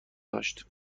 داشت